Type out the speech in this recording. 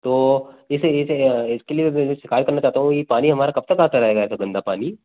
तो इसे इसे इसके लिए मैं शिकायत करना चाहता हूँ पानी हमारा कब तक आता रहेगा ऐसा गंदा पानी